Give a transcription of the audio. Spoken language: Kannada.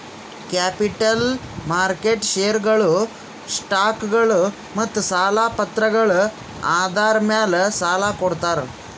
ಕ್ಯಾಪಿಟಲ್ ಮಾರ್ಕೆಟ್ ಷೇರ್ಗೊಳು, ಸ್ಟಾಕ್ಗೊಳು ಮತ್ತ್ ಸಾಲ ಪತ್ರಗಳ್ ಆಧಾರ್ ಮ್ಯಾಲ್ ಸಾಲ ಕೊಡ್ತದ್